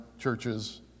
churches